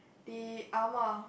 the ah ma